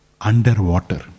underwater